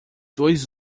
dois